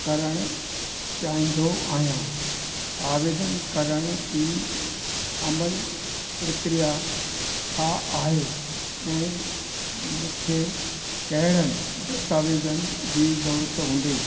करणु चाहिंदो आहियां आवेदन करण जी अमल प्रक्रिया छा आहे ऐं मूंखे कहिड़नि दस्तावेजनि जी ज़रूरत हूंदी